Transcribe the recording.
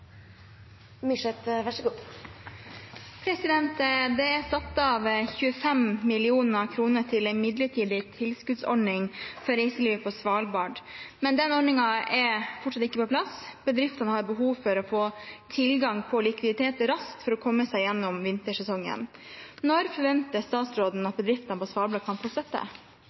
fortsatt ikke på plass. Bedriftene har behov for å få tilgang på likviditet raskt for å komme seg gjennom vintersesongen. Når forventer statsråden at bedriftene på Svalbard kan få støtte?»